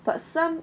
but some